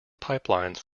pipelines